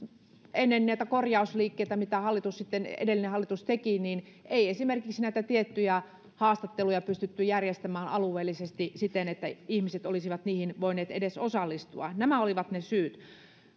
ennen näitä korjausliikkeitä mitä edellinen hallitus teki ei esimerkiksi näitä tiettyjä haastatteluja pystytty järjestämään alueellisesti siten että ihmiset olisivat niihin voineet edes osallistua nämä olivat ne syyt